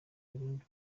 burundu